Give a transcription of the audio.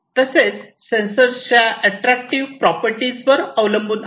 तसेच सेन्सरच्या attractive properties यावर अवलंबून आहे